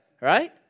right